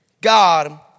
God